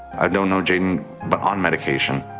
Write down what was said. don't know jayden but on medication.